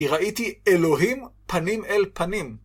כי ראיתי אלוהים פנים אל פנים.